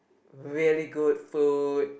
really good food